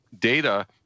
data